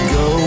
go